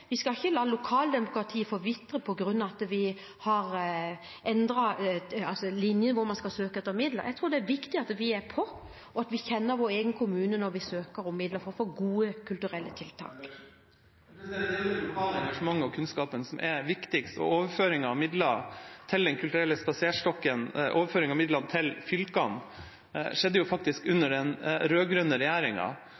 la lokaldemokratiet forvitre på grunn av at vi har endret linjen for å søke om midler. Jeg tror det er viktig at man er på og kjenner sin egen kommune når man søker om midler, for å få gode kulturelle tiltak. Det er jo kunnskapen og engasjementet lokalt som er viktigst, og overføringen av midler til Den kulturelle spaserstokken til fylkene skjedde faktisk